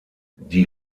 die